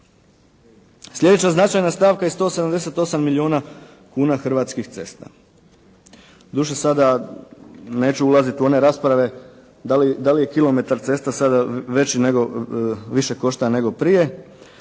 Sljedeća značajna stavka je 178 milijuna kuna Hrvatskih cesta. Doduše sada neću ulaziti u one rasprave da li je kilometar cesta sada veći nego, više